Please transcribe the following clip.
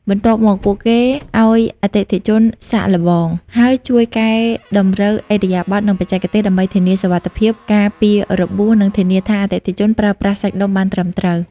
បន្ទាប់មក ពួកគេឱ្យអតិថិជនសាកល្បង ហើយជួយកែតម្រូវឥរិយាបថ និងបច្ចេកទេស ដើម្បីធានាសុវត្ថិភាព ការពាររបួស និងធានាថាអតិថិជនប្រើប្រាស់សាច់ដុំបានត្រឹមត្រូវ។